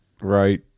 Right